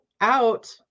out